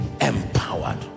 empowered